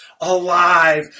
alive